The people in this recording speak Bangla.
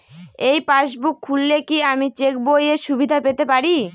এই পাসবুক খুললে কি আমি চেকবইয়ের সুবিধা পেতে পারি?